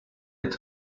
est